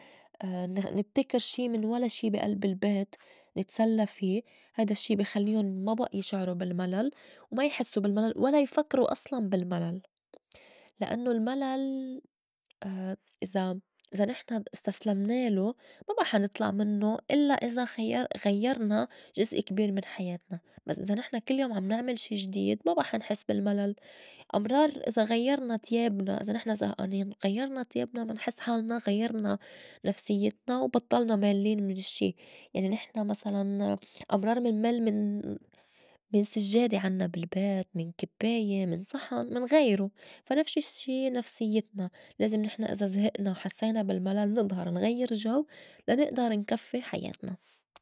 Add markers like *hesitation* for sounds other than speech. *hesitation* نبتكر شي من ولا شي بي ألب البيت نتسلّى في هيدا الشّي بي خلّيُن ما بئى يشعرو بالملل وما يحسّو بالملل ولا يفكرو أصلاً بالملل لأنّو الملل *hesitation* إذا- إذا نحن استسلمنالو ما بئى حا نطلع منّو الّا إذا خير *unintelligible* غيّرنا جزء كبير من حياتنا بس إذا نحن كل يوم عم نعمل شي جديد ما بئى حا نحس بالملل أمرار إذا غيّرنا تيابنا إذا نحن زهئانين غيّرنا تيابنا منحس حالنا غيّرنا نفسيّتنا وبطّلنا مالّين من الشّي يعني نحن مسلاً أمرار منمل من- من سجّادة عنّا بالبيت من كبّاية، من صحن، منغيرو فا نفشسي نفسيّتنا لازم نحن إذا زهئنا وحسّينا بالملل نضهر نغيّر جو لا نئدر نكفّي حياتنا.